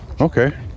okay